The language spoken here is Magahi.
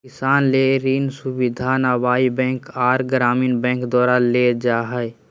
किसान ले ऋण सुविधा नाबार्ड बैंक आर ग्रामीण बैंक द्वारा देल जा हय